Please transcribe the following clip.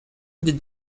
did